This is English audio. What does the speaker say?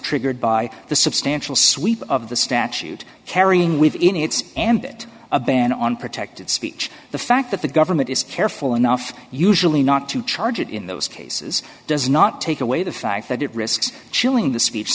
triggered by the substantial sweep of the statute carrying within its ambit a ban on protected speech the fact that the government is careful enough usually not to charge it in those cases does not take away the fact that it risks chilling the speech